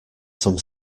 some